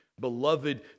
Beloved